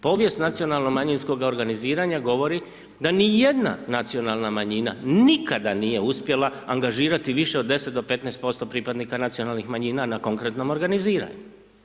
Povijest nacionalo manjinskoga organiziranja govori da nijedna nacionalna manjina nikada nije uspjela angažirati više od 10 do 15% pripadnika nacionalnih manjina na konkretnom organiziranju.